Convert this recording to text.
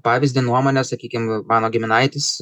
pavyzdį nuomonę sakykim mano giminaitis